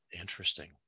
Interesting